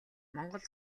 монгол